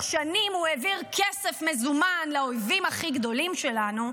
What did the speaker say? שנים הוא העביר כסף מזומן לאויבים הכי גדולים שלנו,